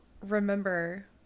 remember